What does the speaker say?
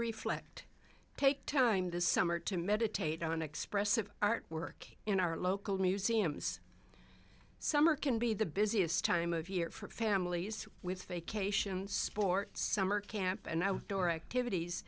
flecked take time this summer to meditate on expressive art work in our local museums summer can be the busiest time of year for families with vacations sports summer camp and outdoor activities